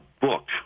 book